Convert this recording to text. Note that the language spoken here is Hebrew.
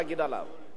אי-אפשר, באמת.